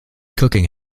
cooking